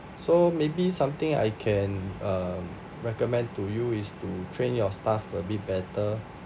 so maybe something I can uh recommend to you is to train your staff a bit better